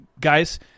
guys